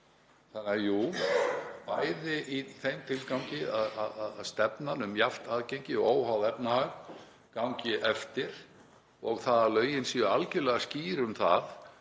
Þannig að jú, bæði í þeim tilgangi að stefnan um jafnt aðgengi óháð efnahag gangi eftir og að lögin séu algerlega skýr um það